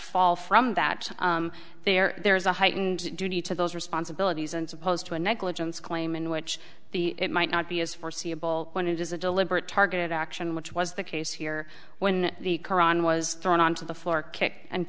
fall from that there there is a heightened duty to those responsibilities and supposed to a negligence claim in which the it might not be as foreseeable when it is a deliberate targeted action which was the case here when the koran was thrown onto the floor kick and